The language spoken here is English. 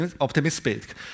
optimistic